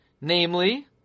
Namely